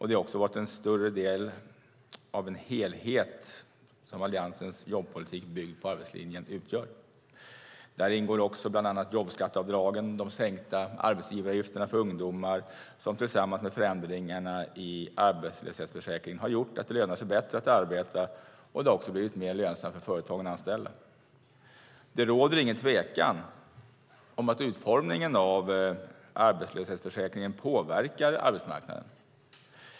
Det har också varit en större del av den helhet som Alliansens jobbpolitik byggd på arbetslinjen utgör. Där ingår också bland annat jobbskatteavdragen och de sänkta arbetsgivaravgifterna för ungdomar som tillsammans med förändringarna i arbetslöshetsförsäkringen har gjort att det lönar sig bättre att arbeta. Det har också blivit mer lönsamt för företagen att anställa. Det råder ingen tvekan om att utformningen av arbetslöshetsförsäkringen påverkar arbetsmarknaden.